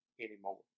anymore